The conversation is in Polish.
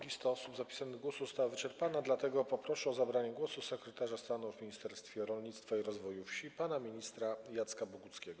Lista osób zapisanych do głosu została wyczerpana, dlatego proszę o zabranie głosu sekretarza stanu w Ministerstwie Rolnictwa i Rozwoju Wsi pana ministra Jacka Boguckiego.